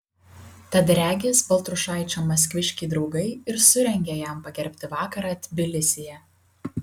tad regis baltrušaičio maskviškiai draugai ir surengė jam pagerbti vakarą tbilisyje